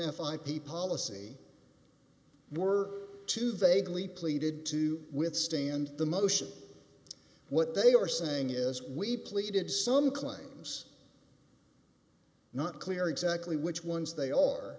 p policy were to vaguely pleaded to withstand the motion what they are saying is we pleaded some claims not clear exactly which ones they are